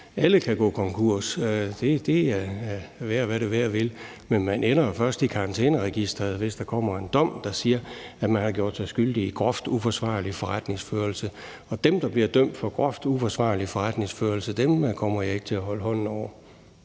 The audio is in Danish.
Alle kan gå konkurs, det være, hvad det være vil, men man ender jo først i karantæneregisteret, hvis der kommer en dom, der siger, at man har gjort sig skyldig i groft uforsvarlig forretningsførelse. Og dem, der bliver dømt for groft uforsvarlig forretningsførelse, kommer jeg ikke til at holde hånden over.